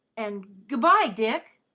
and good-bye, dick.